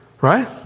right